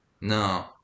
No